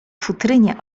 futrynie